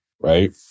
right